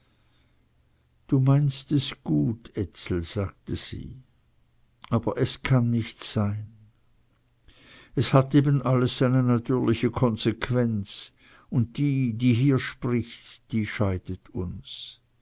du meinst es gut ezel sagte sie aber es kann nicht sein es hat eben alles seine natürliche konsequenz und die die hier spricht die scheidet uns